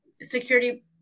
security